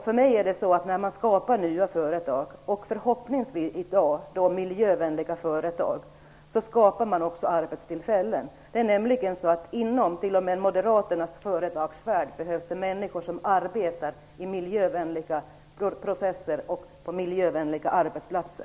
För mig är det så att när man skapar nya företag - i dag förhoppningsvis företag med miljövänlig verksamhet - skapar man också arbetstillfällen. T.o.m. inom Moderaternas företagsvärld behövs det människor som arbetar i miljövänliga processer och på miljövänliga arbetsplatser.